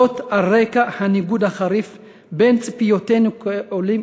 על רקע הניגוד החריף בין ציפיותינו כעולים